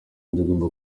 tugomba